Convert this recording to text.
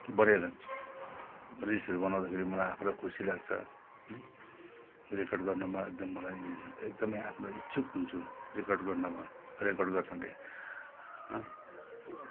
बढिया लाग्छ रिल्सहरू बनाउँदाखेरि मलाई आफूलाई खुसी लाग्छ रेकर्ड गर्नुमा एकदम मलाई एकदमै आफूलाई इच्छुक हुन्छु रेकर्ड गर्नमा रेकर्ड गर्नाले